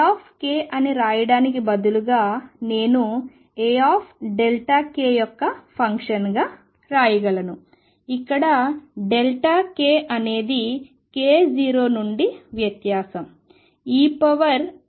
A అని వ్రాయడానికి బదులుగా నేను దీనిని A యొక్క ఫంక్షన్గా వ్రాయగలను ఇక్కడ k అనేది k0 నుండి వ్యత్యాసం